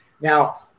Now